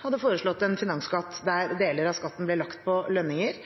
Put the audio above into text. hadde foreslått en finansskatt der deler av skatten ble lagt på lønninger,